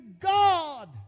God